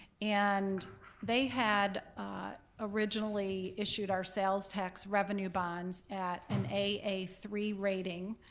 and they had originally issued our sales tax revenue bonds at an a a three rating,